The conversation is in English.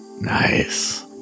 Nice